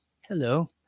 hello